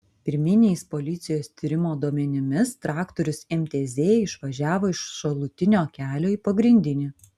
pirminiais policijos tyrimo duomenimis traktorius mtz išvažiavo iš šalutinio kelio į pagrindinį